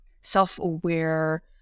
self-aware